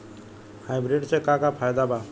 Hybrid से का का फायदा बा?